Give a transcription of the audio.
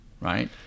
right